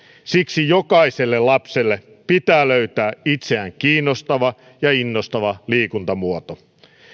siksi jokaiselle lapselle pitää löytää itseä kiinnostava ja innostava liikuntamuoto